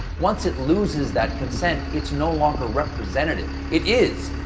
once it loses that consent, it's no longer representative. it is,